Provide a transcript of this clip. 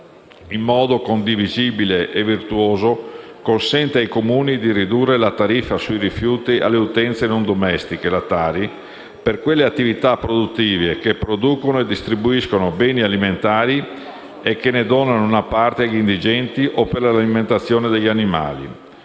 in modo condivisibile e virtuoso consente ai comuni di ridurre la tariffa sui rifiuti alle utenze non domestiche (la TARI) per quelle attività produttive che producono e distribuiscono beni alimentari e che ne donano una parte agli indigenti o per l'alimentazione degli animali.